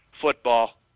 football